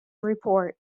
report